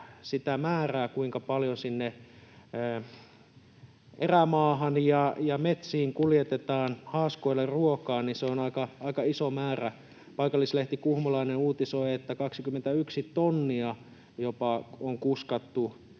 sitä määrää, kuinka paljon sinne erämaahan ja metsiin kuljetetaan haaskoille ruokaa, niin se on aika iso määrä. Paikallislehti Kuhmolainen uutisoi, että jopa 21 tonnia on kuskattu